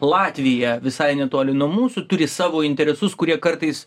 latvija visai netoli nuo mūsų turi savo interesus kurie kartais